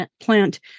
plant